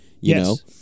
Yes